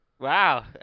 Wow